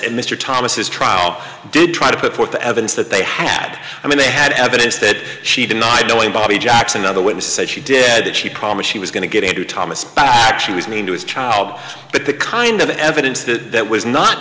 and mr thomas his trial did try to put forth the evidence that they had i mean they had evidence that she denied knowing bobby jackson other women said she did that she promised she was going to get into thomas back she was mean to his child but the kind of evidence that that was not